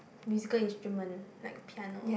musical instrument like piano